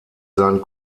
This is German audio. seinen